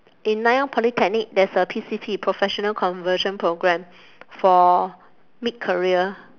in nanyang polytechnic there's a P_C_P professional conversion programme for mid career